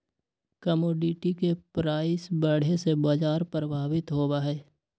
commodity के price बढ़े से बाजार प्रभावित होबा हई